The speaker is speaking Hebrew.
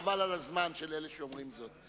חבל על הזמן של אלה שאומרים זאת,